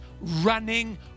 running